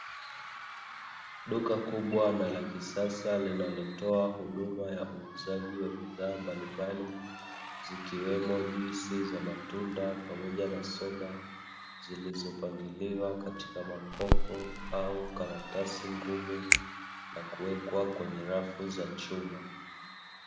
Duka kubwa na la kisasa linalotoa huduma ya uuzaji wa bidhaa mbalimbali, zikiwemo juisi za matunda, pamoja na soda, zilizopangiliwa katika makopo au karatasi ngumu, na kuwekwa kwenye rafu za chuma.